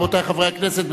רבותי חברי הכנסת,